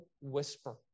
whisper